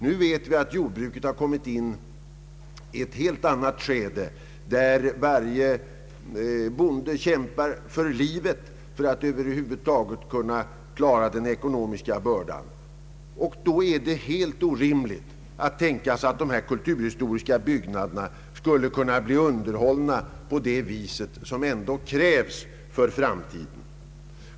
Men vi vet att jordbruket nu har kommit in i ett helt annat skede, där varje bonde kämpar för livet för att över huvud taget kunna klara den ekonomiska bördan. Då är det helt orimligt att tänka sig att dessa kulturhistoriska byggnader skulle kunna underhållas på det sätt som krävs om de skall bevaras för framtiden.